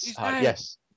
Yes